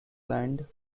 land